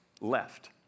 left